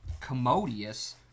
commodious